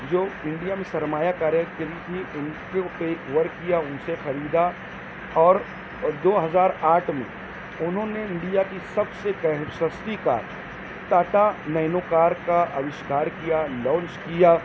جو انڈیا میں سرمایہ کاری کری تھی ان سے کئی ورک کیا ان سے خریدا اور دو ہزار آٹھ میں انہوں نے انڈیا کی سب سے سستی کار ٹاٹا نینو کار کا اویشکار کیا لانچ کیا